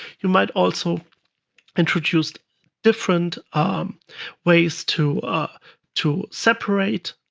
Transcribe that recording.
you might also introduce different um ways to to separate